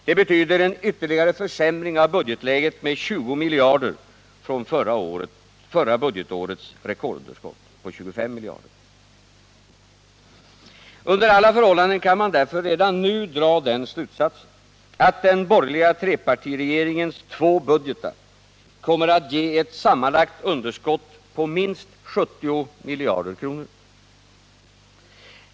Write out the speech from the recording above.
Det betyder en ytterligare försämring av budgetläget med 20 miljarder från förra budgetårets rekordunderskott på 25 miljarder. Under alla förhållanden kan man därför redan nu dra den slutsatsen, att den borgerliga trepartiregeringens två budgetar kommer att ge ett sammanlagt underskott på minst 70 miljarder kronor.